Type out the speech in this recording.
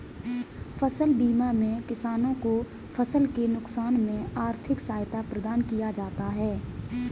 फसल बीमा में किसानों को फसल के नुकसान में आर्थिक सहायता प्रदान किया जाता है